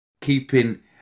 Keeping